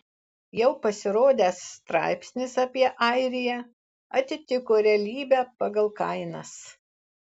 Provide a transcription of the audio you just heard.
jau pasirodęs straipsnis apie airiją atitiko realybę pagal kainas